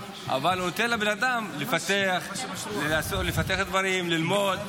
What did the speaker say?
אבל הוא נותן לבן אדם לפתח דברים, ללמוד,